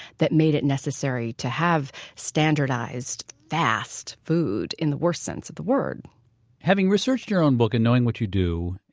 that made it necessary to have standardized fast food in the worst sense of the word having researched your own book and knowing what you do,